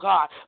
God